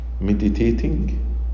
meditating